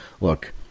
look